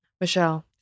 Michelle